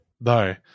No